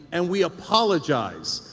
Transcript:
and we apologize.